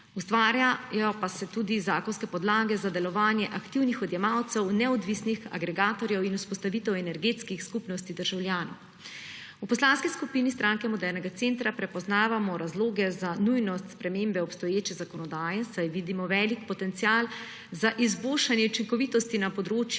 Ustvarjajo pa se tudi zakonske podlage za delovanje aktivnih odjemalcev, neodvisnih agregatorjev in vzpostavitev energetskih skupnosti državljanov. V Poslanski skupini Stranke modernega centra prepoznavamo razloge za nujnost spremembe obstoječe zakonodaje, saj vidimo velik potencial za izboljšanje učinkovitosti na področju